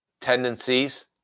tendencies